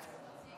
שסעיף